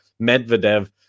Medvedev